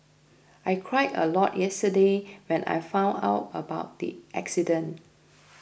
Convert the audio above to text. I cried a lot yesterday when I found out about the accident